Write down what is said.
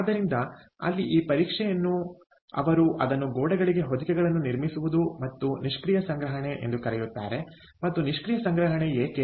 ಆದ್ದರಿಂದ ಅಲ್ಲಿ ಈ ಪರೀಕ್ಷೆಯನ್ನು ಅವರು ಅದನ್ನು ಗೋಡೆಗಳಿಗೆ ಹೊದಿಕೆಗಳನ್ನು ನಿರ್ಮಿಸುವುದು ಮತ್ತು ನಿಷ್ಕ್ರಿಯ ಸಂಗ್ರಹಣೆ ಎಂದು ಕರೆಯುತ್ತಾರೆ ಮತ್ತು ನಿಷ್ಕ್ರಿಯ ಸಂಗ್ರಹಣೆ ಏಕೆ